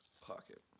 Pocket